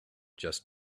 just